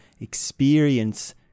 experience